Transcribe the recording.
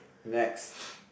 next